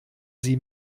sie